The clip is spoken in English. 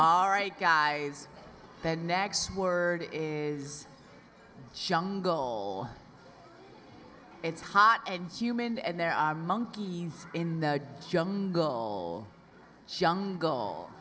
all right guys the next word is jungle it's hot and humid and there are monkeys in the jungle jungle